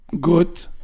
good